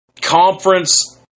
conference